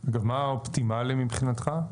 מה אופטימלי מבחינתך?